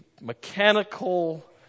mechanical